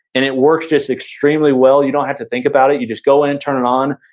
and it works just extremely well. you don't have to think about it, you just go in, turn it on,